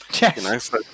Yes